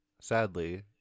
sadly